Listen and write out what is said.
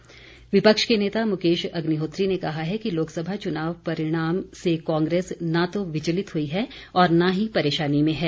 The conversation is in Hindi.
अग्निहोत्री विपक्ष के नेता मुकेश अग्निहोत्री ने कहा है कि लोकसभा चुनाव परिणाम से कांग्रेस न तो विचलित हुई है और न ही परेशानी में है